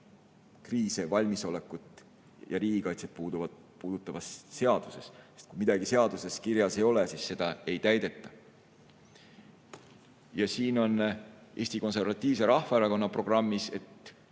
kriise, valmisolekut ja riigikaitset puudutavas seaduses, sest kui midagi seaduses kirjas ei ole, siis seda ei täideta. Eesti Konservatiivse Rahvaerakonna programmis on